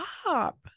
stop